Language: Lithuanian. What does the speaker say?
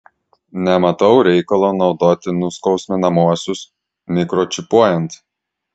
nematau reikalo naudoti nuskausminamuosius mikročipuojant